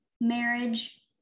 marriage